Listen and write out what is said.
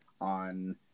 on